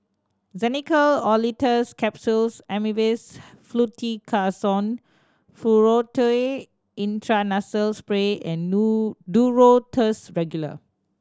Xenical Orlistat Capsules Avamys Fluticasone Furoate Intranasal Spray and Duro Tuss Regular